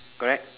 correct